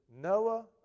Noah